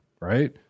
right